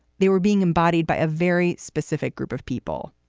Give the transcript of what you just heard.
they were being embodied by a very specific group of people,